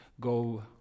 go